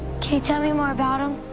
can you tell me more about him?